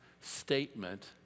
statement